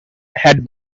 had